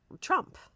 Trump